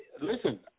listen